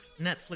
Netflix